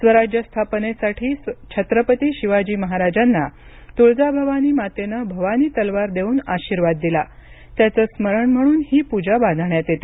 स्वराज्यस्थापनेसाठी छत्रपती शिवाजी महाराजांना तुळजा भवानी मातेनं भवानी तलवार देऊन आशीर्वाद दिला त्याचे स्मरण म्हणून ही पूजा बांधण्यात येते